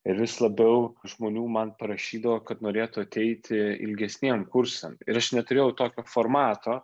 ir vis labiau žmonių man parašydavo kad norėtų ateiti ilgesniem kursam ir aš neturėjau tokio formato